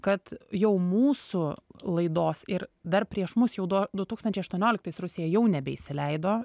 kad jau mūsų laidos ir dar prieš mus jau do du tūkstančiai aštuonioliktais rusija jau nebeįsileido